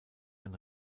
ein